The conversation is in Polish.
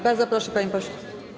Bardzo proszę, panie pośle.